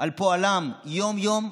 על פועלם יום-יום,